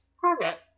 perfect